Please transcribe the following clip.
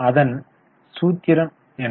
அதன் சூத்திரம் என்ன